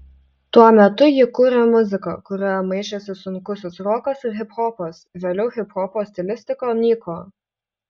tuo metu ji kūrė muziką kurioje maišėsi sunkusis rokas ir hiphopas vėliau hiphopo stilistika nyko